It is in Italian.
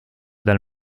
dal